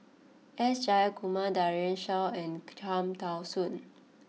S Jayakumar Daren Shiau and Cham Tao Soon